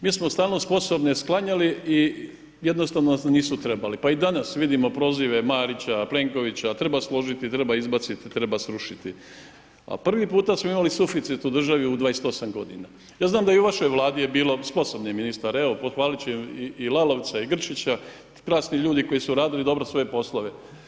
Mi smo stalno sposobne sklanjali i jednostavno nisu trebali, pa i danas vidimo prozive Marića, Plenkovića, treba složiti, treba izbaciti, treba srušiti a prvi puta smo imali suficit u državi u 28 g. Ja znam da i u vašoj Vladi je bilo sposobnih ministara, evo, pohvalit ću i Lalovca i Grčića, krasni ljudi koji su radili dobro svoje poslove.